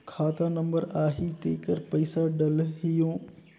खाता नंबर आही तेकर पइसा डलहीओ?